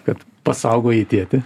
kad pasaugojai tėtį